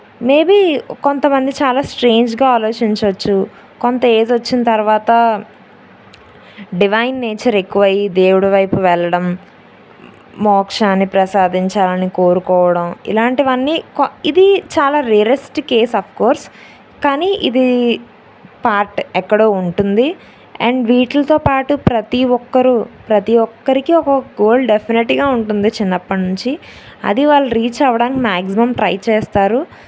maybe కొంత మంది చాలా స్ట్రేంజ్గా ఆలోచించచ్చు కొంత ఏజ్ వచ్చిన తర్వాత డివైన్ నేచర్ ఎక్కువ అయ్యి దేవుడు వైపు వెళ్ళడం మోక్షాన్ని ప్రసాదించాలని కోరుకోవడం ఇలాంటివి అన్నీ కో ఇది చాలా రేరెస్ట్ కేస్ అఫ్కోర్స్ కానీ ఇది పార్ట్ ఎక్కడ ఉంటుంది అండ్ వీటితో పాటు ప్రతి ఒక్కరు ప్రతి ఒక్కరికి ఒక్కక్క గోల్ డెఫినెట్గా ఉంటుంది చిన్నప్పటినుంచి అది వాళ్ళు రీచ్ అవ్వడానికి మ్యాక్సిమమ్ ట్రై చేస్తారు